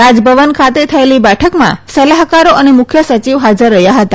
રાજભવન ખાતે થયેલી બેઠકમાં સલાહકારો અને મુખ્યસચિવ હાજર રહ્યા હતા